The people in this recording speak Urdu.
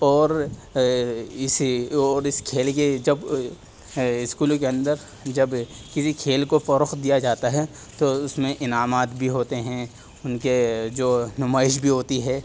اور اسی اور اس کھیل کے جب اسکولوں کے اندر جب کسی کھیل کو فروخت دیا جاتا ہے تو اس میں انعامات بھی ہوتے ہیں ان کے جو نمائش بھی ہوتی ہے